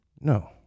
No